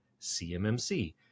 CMMC